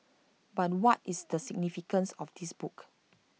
but what is the significance of this book